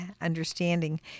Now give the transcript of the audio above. understanding